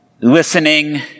listening